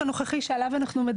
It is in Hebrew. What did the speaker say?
כי אני ראיתי אצלנו ברעננה,